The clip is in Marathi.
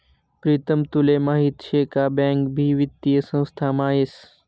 प्रीतम तुले माहीत शे का बँक भी वित्तीय संस्थामा येस